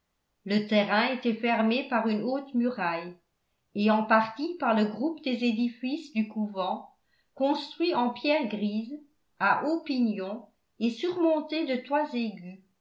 le terrain était fermé par une haute muraille et en partie par le groupe des édifices du couvent construits en pierre grise à hauts pignons et surmontés de toits aigus